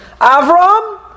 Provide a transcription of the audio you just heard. Avram